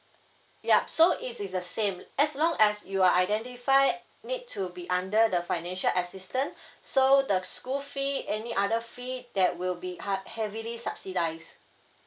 yup so it is the same as long as you are identified need to be under the financial assistance so the school fee any other fee that will be hard heavily subsidised